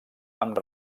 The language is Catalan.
amb